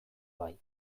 bai